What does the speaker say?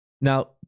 now